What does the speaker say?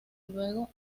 luego